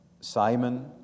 Simon